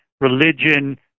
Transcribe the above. religion